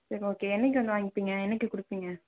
சரி ஓகே என்றைக்கி வந்து வாங்ப்பிங்க என்றைக்கி கொடுப்பிங்க